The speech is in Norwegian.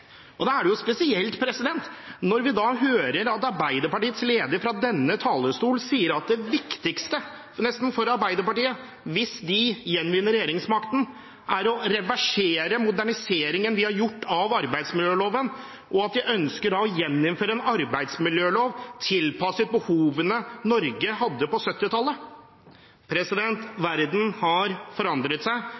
Da er det spesielt når vi hører at Arbeiderpartiets leder fra denne talerstol sier at nesten det viktigste for Arbeiderpartiet, hvis de gjenvinner regjeringsmakten, er å reversere moderniseringen vi har gjort av arbeidsmiljøloven, og at de ønsker å gjeninnføre en arbeidsmiljølov tilpasset behovene Norge hadde på 1970-tallet. Verden har forandret seg,